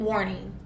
Warning